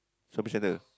shopping centre